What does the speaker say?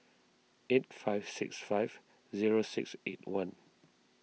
eight five six five zero six eight one